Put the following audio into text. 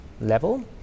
level